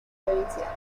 provinciales